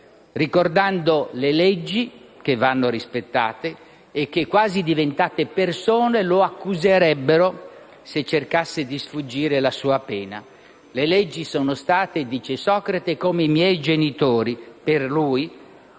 ricordando che le leggi vanno rispettate e queste, quasi diventate persone, lo accuserebbero se cercasse di sfuggire la sua pena. Le leggi sono state - dice Socrate - come i miei genitori. Per lui